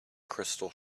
crystal